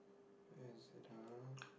where is it ah